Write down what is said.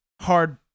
hard